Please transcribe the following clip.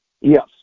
Yes